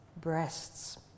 breasts